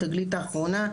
התגלית האחרונה,